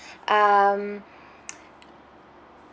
um